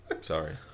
Sorry